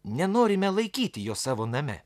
nenorime laikyti jo savo name